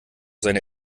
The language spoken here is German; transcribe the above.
seine